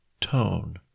tone